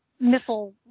missile